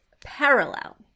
parallel